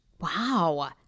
Wow